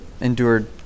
endured